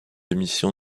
émission